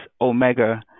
omega